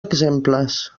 exemples